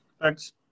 Thanks